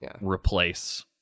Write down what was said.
replace